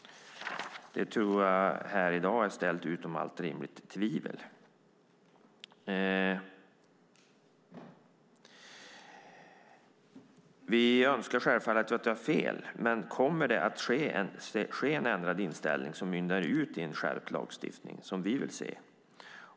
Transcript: Det tror jag är ställt utom allt rimligt tvivel här i dag. Vi önskar självfallet att vi har fel. Kommer det en ändrad inställning som mynnar ut i en skärpt lagstiftning, vilket vi vill se?